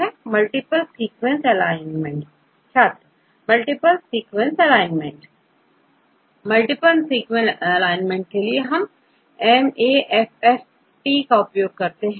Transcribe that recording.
छात्र multiple sequence alignment multiple sequence alignment के लिए आपMAFFTका उपयोग कर सकते हैं